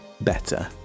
Better